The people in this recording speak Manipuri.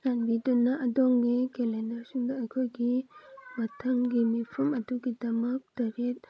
ꯆꯥꯟꯕꯤꯗꯨꯅ ꯑꯗꯣꯝꯒꯤ ꯀꯦꯂꯦꯟꯗꯔꯁꯤꯡꯗ ꯑꯩꯈꯣꯏꯒꯤ ꯃꯊꯪꯒꯤ ꯃꯤꯐꯝ ꯑꯗꯨꯒꯤꯗꯃꯛ ꯇꯔꯦꯠ